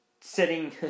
sitting